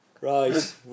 Right